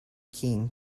keen